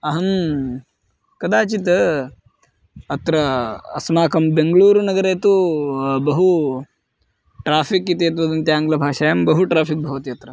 अहं कदाचित् अत्र अस्माकं बेङ्ग्ळूरुनगरे तु बहु ट्राफ़िक् इति यद् वदन्ति आङ्ग्लभाषायां बहु ट्राफ़िक् भवति अत्र